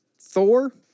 Thor